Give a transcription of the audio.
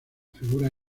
figuras